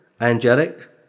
angelic